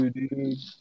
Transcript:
dude